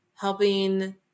helping –